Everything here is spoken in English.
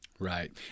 Right